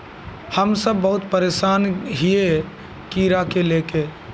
हम सब बहुत परेशान हिये कीड़ा के ले के?